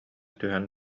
түһэн